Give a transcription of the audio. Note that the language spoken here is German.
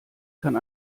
kann